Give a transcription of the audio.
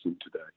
today